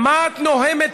מה את נוהמת?